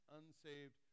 unsaved